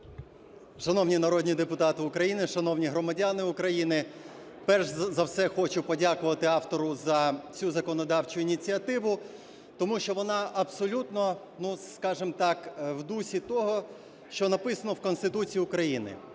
Шановні народні депутати України, шановні громадяни України! Перш за все хочу подякувати автору за цю законодавчу ініціативу, тому що вона абсолютно, скажемо так, в дусі того, що написано в Конституції України.